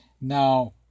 Now